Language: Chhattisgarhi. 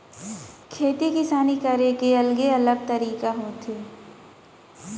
खेती किसानी करे के अलगे अलग तरीका होथे